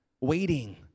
waiting